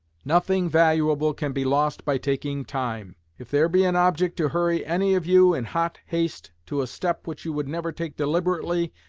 nothing valuable can be lost by taking time. if there be an object to hurry any of you in hot haste to a step which you would never take deliberately,